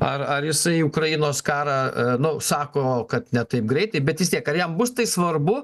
ar ar jisai ukrainos karą nu sako kad ne taip greitai bet vis tiek ar jam bus tai svarbu